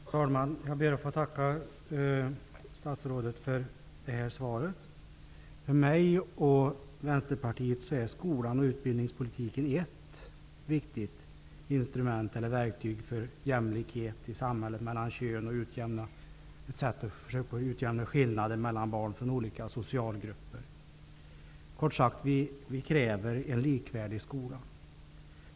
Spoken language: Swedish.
Fru talman! Jag ber att få tacka statsrådet för svaret. För mig och Vänsterpartiet är skolan och utbildningspolitiken ett viktigt instrument eller verktyg för att åstadkomma jämlikhet i samhället mellan könen och för att utjämna skillnader mellan barn från olika socialgrupper. Kort sagt: Vi kräver en likvärdig skola.